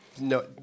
No